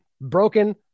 broken